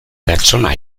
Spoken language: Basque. pertsona